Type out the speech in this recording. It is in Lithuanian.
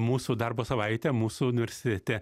mūsų darbo savaitė mūsų universitete